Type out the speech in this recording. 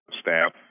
staff